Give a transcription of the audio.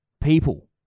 people